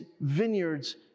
vineyards